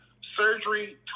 surgery